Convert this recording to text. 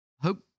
Hope